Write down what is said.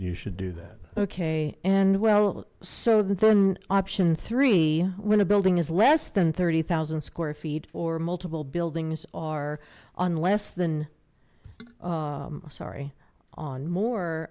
ou should do that okay and well so then option three when a building is less than thirty thousand square feet or multiple buildings are unless than sorry on more